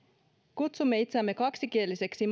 kutsumme itseämme kaksikieliseksi